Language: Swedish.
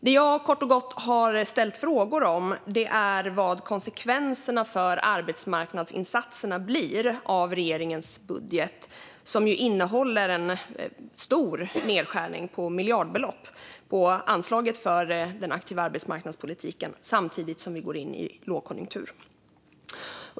Det jag ställt frågor om är kort och gott vad konsekvenserna för arbetsmarknadsinsatserna blir av regeringens budget, som ju innehåller en nedskärning med miljardbelopp på anslaget för den aktiva arbetsmarknadspolitiken samtidigt som vi går in i lågkonjunktur.